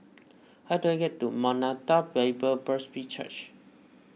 how do I get to Maranatha Bible Presby Church